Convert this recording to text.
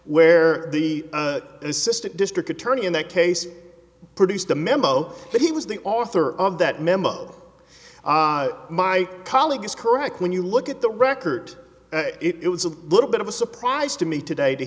where the assistant district attorney in that case produced the memo that he was the author of that memo my colleague is correct when you look at the record it was a little bit of a surprise to me today to